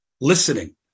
listening